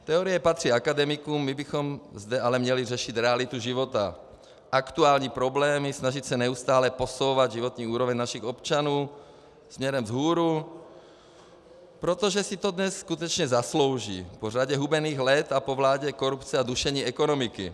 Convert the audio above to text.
Teorie patří akademikům, my bychom zde ale měli řešit realitu života, aktuální problémy, snažit se neustále posouvat životní úroveň našich občanů směrem vzhůru, protože si to dnes skutečně zaslouží po řadě hubených let a po vládě korupce a dušení ekonomiky.